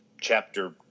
chapter